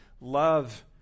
love